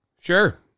Sure